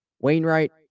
Wainwright